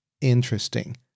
interesting